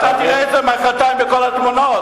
אתה תראה את זה מחרתיים בכל התמונות.